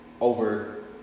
over